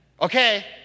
Okay